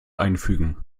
einfügen